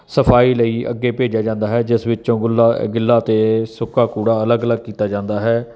ਸਫਾਈ ਲਈ ਅੱਗੇ ਭੇਜਿਆ ਜਾਂਦਾ ਹੈ ਜਿਸ ਵਿੱਚੋਂ ਗੁੱਲਾ ਗਿੱਲਾ ਅਤੇ ਸੁੱਕਾ ਕੂੜਾ ਅਲੱਗ ਅਲੱਗ ਕੀਤਾ ਜਾਂਦਾ ਹੈ